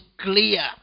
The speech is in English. clear